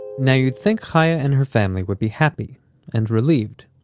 now, you'd think chaya and her family would be happy and relieved.